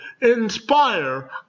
inspire